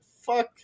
fuck